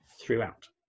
throughout